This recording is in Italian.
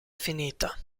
finita